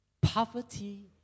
Poverty